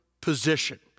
position